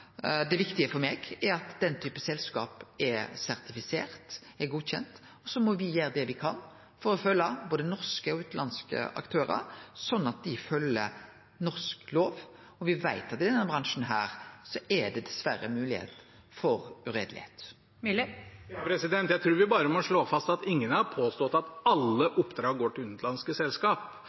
Det viktige for meg er at den typen selskap er sertifiserte, er godkjende, og så må me gjere det me kan for å følgje både norske og utanlandske aktørar, sånn at dei følgjer norsk lov. Og me veit at det i denne bransjen dessverre er moglegheit for å vere ureieleg. Sverre Myrli – til oppføgingsspørsmål. Jeg tror vi bare må slå fast at ingen har påstått at alle oppdrag går til